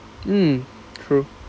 um true